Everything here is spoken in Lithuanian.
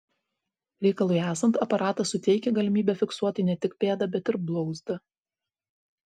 reikalui esant aparatas suteikia galimybę fiksuoti ne tik pėdą bet ir blauzdą